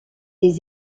des